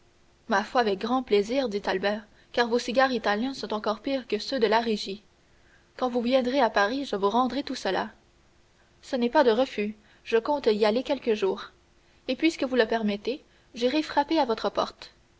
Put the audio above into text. ma foi avec grand plaisir dit albert car vos cigares italiens sont encore pires que ceux de la régie quand vous viendrez à paris je vous rendrai tout cela ce n'est pas de refus je compte y aller quelque jour et puisque vous le permettez j'irai frapper à votre porte